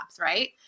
right